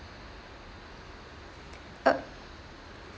uh